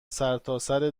سرتاسر